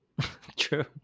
True